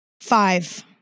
Five